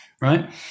right